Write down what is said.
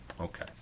Okay